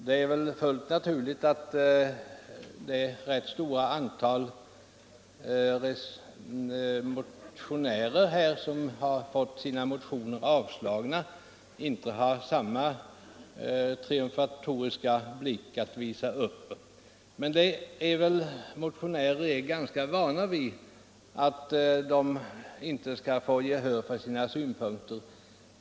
Det är väl fullt naturligt att de många motionärer som fått sina motioner avstyrkta inte känner samma triumfatoriska glädje. Men riksdagsmotionärer är ganska vana vid att inte vinna gehör för sina synpunkter.